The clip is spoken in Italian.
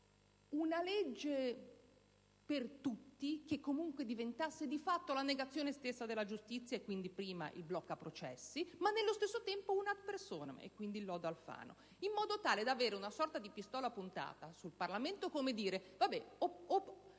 una legge per tutti, che comunque diventasse di fatto la negazione stessa della giustizia, e quindi il bloccaprocessi, o una legge *ad personam*, e quindi il lodo Alfano, in modo tale da avere una sorta di pistola puntata sul Parlamento. Come dire: o